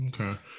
Okay